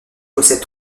possède